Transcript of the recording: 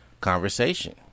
conversation